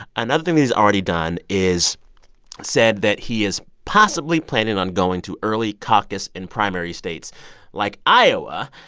another thing he's already done is said that he is possibly planning on going to early caucus and primary states like iowa,